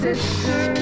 Sister